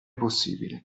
possibile